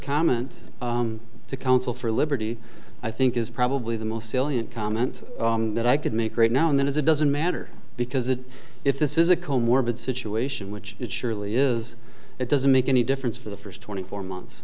comment to counsel for liberty i think is probably the most salient comment that i could make right now and then is it doesn't matter because it if this is a co morbid situation which it surely is it doesn't make any difference for the first twenty four months